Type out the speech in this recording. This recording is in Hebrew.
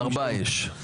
ארבעה יש.